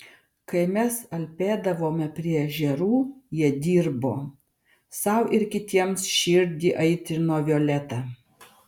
kai mes alpėdavome prie ežerų jie dirbo sau ir kitiems širdį aitrino violeta